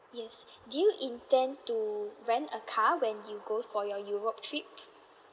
yes do you intend to rent a car when you go for your europe trip